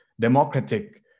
Democratic